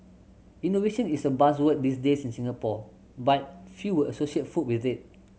innovation is a buzzword these days in Singapore but few would associate food with it